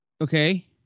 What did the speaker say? Okay